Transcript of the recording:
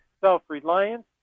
self-reliance